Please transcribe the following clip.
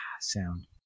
sound